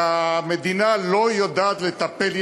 והמדינה לא יודעת לטפל.